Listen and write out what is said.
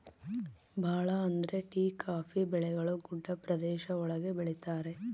ಭಾಳ ಅಂದ್ರೆ tea coffee ಬೆಳೆಗಳು ಗುಡ್ಡ ಪ್ರದೇಶ ಒಳಗ ಬೆಳಿತರೆ